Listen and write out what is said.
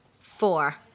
Four